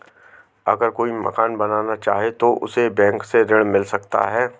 अगर कोई मकान बनाना चाहे तो उसे बैंक से ऋण मिल सकता है?